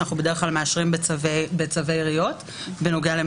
שאנחנו בדרך כלל מאשרים בצווי עיריות אחרים,